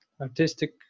artistic